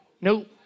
Nope